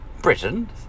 Britain